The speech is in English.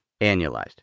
annualized